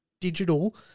digital